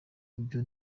ibyo